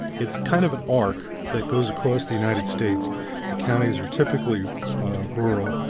it's kind of an arc that goes across the united states. the counties are typica lly rural,